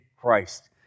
Christ